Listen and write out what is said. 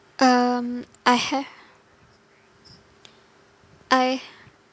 um I have I